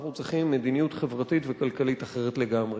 אנחנו צריכים מדיניות חברתית וכלכלית אחרת לגמרי.